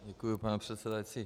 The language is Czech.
Děkuji, pane předsedající.